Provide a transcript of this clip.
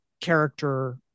character